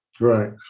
Right